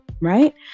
right